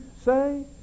say